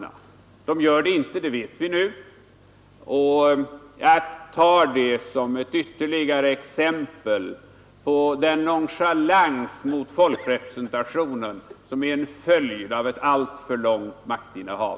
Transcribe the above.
Vi vet nu att de inte gör detta, och jag tar det som ett ytterligare exempel på den nonchalans mot folkrepresentationen som är en följd av ett alltför långt maktinnehav.